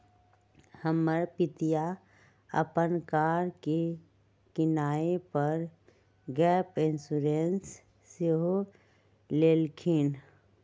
हमर पितिया अप्पन कार के किनाइ पर गैप इंश्योरेंस सेहो लेलखिन्ह्